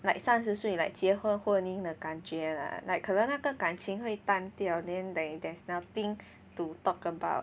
like 三十岁 like 结婚婚姻的感觉 lah like 可能那个感情会单调 then there there's nothing to talk about